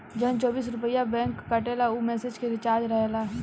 जवन चौबीस रुपइया बैंक काटेला ऊ मैसेज के चार्ज रहेला